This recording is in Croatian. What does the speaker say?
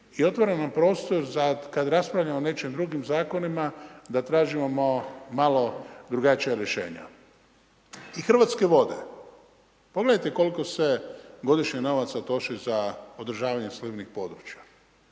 i otvara nam prostor za kada raspravljamo o nekim drugim zakonima da tražimo malo drugačija rješenja. I Hrvatske vode. Pogledajte koliko se godišnje novaca troši za održavanje slivnih područja.